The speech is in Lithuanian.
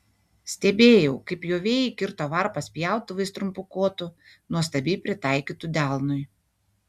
stebėjau kaip pjovėjai kirto varpas pjautuvais trumpu kotu nuostabiai pritaikytu delnui